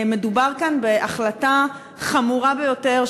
מדובר כאן בהחלטה חמורה ביותר,